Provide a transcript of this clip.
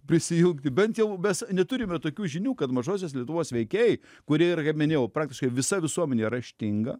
prisijungti bent jau mes neturime tokių žinių kad mažosios lietuvos veikėjai kurie yra kaip minėjau praktiškai visa visuomenė raštinga